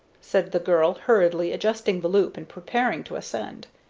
said the girl, hurriedly adjusting the loop and preparing to ascend.